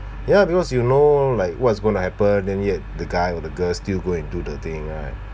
ya because you know like what's going to happen and yet the guy or the girl still go and do the thing right